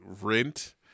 Rent